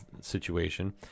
situation